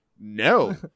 no